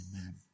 Amen